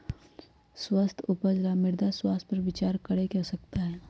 स्वस्थ उपज ला मृदा स्वास्थ्य पर विचार करे के आवश्यकता हई